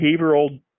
behavioral